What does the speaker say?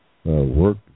Work